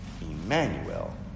Emmanuel